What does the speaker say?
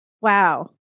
Wow